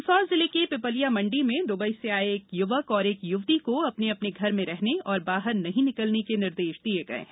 मंदसौर जिले के पिपलिया मंडी में दुबई से आए एक युवक और एक युवती को अपने अपने घर में रहने और बाहर नहीं निकलने के निर्देश दिये गये हैं